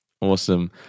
awesome